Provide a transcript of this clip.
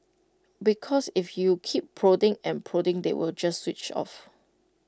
because if you keep prodding and prodding they will just switch off